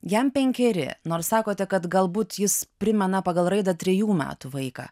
jam penkeri nors sakote kad galbūt jis primena pagal raidą trejų metų vaiką